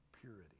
purity